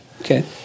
Okay